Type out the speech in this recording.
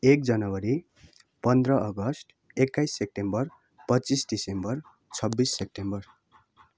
एक जनवरी पन्ध्र अगस्त एक्काइस सेप्टेम्बर पच्चिस डिसेम्बर छब्बिस सेप्टेम्बर